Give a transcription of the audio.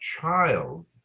child